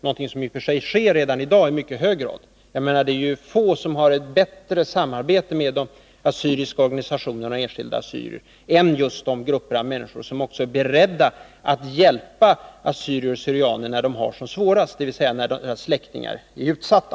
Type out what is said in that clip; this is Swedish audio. Det sker redan i dag i mycket stor utsträckning — det är få som har bättre samarbete med de assyriska organisationerna och enskilda assyrier än just de grupper av människor som också är beredda att hjälpa assyrier/syrianer när de har det som svårast, dvs. när deras släktingar är utsatta.